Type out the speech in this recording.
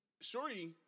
Shorty